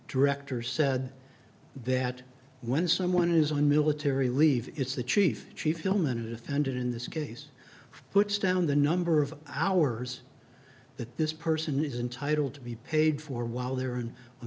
director said that when someone is on military leave it's the chief chief filmon a defendant in this case puts down the number of hours that this person is entitled to be paid for while they're in a